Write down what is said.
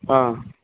ആ